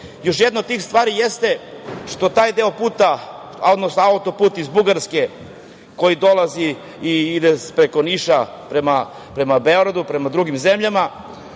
jedna od tih stvari jeste što taj deo autoputa, odnosno autoput iz Bugarske koji ide preko Niša prema Beogradu, i drugim zemljama,